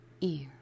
ear